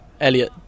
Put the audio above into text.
Elliot